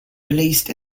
released